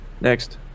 next